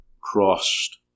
crossed